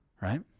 right